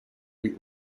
wheat